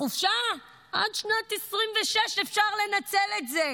החופשה, עד שנת 2026 אפשר לנצל את זה.